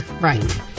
right